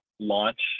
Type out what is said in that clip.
launch